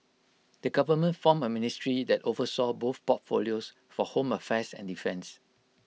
the government formed A ministry that oversaw both portfolios for home affairs and defence